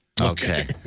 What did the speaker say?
Okay